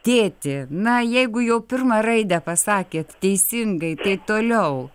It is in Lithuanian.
tėti na jeigu jau pirmą raidę pasakėt teisingai tai toliau